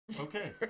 Okay